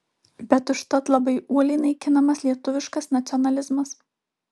bet užtat labai uoliai naikinamas lietuviškas nacionalizmas